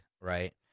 right